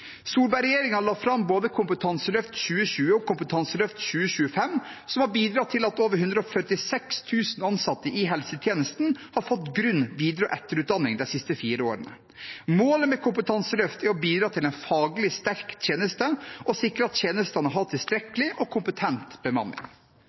la fram både Kompetanseløft 2020 og Kompetanseløft 2025, som har bidratt til at over 146 000 ansatte i helsetjenesten har fått grunn-, videre- og etterutdanning de siste fire årene. Målet med kompetanseløft er å bidra til en faglig sterk tjeneste og sikre at tjenestene har